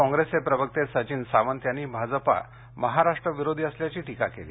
काँग्रेसचे प्रवक्ते सचिन सावंत यांनी भाजपा महाराष्ट्रविरोधी असल्याची टीका केली